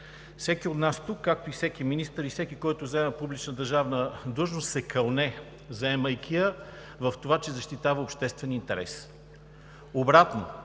Всеки от нас тук, както и всеки министър и всеки, който заема публична държавна длъжност, се кълне, заемайки я, в това, че защитава обществен интерес. Обратно